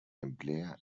emplea